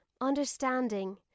understanding